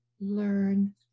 learn